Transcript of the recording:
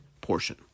portion